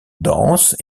dense